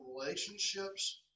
relationships